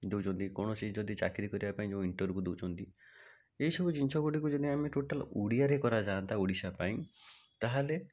କିନ୍ତୁ ଯଦି କୌଣସି ଯଦି ଚାକିରୀ କରିବା ପାଇଁ ଯେଉଁ ଇଣ୍ଟରଭିୟୁ ଦେଉଛନ୍ତି ଏଇ ସବୁ ଜିନିଷ ଗୁଡ଼ିକୁ ଯଦି ଆମେ ଟୋଟାଲ୍ ଓଡ଼ିଆରେ କରାଯାଆନ୍ତା ଓଡ଼ିଶା ପାଇଁ ତା'ହେଲେ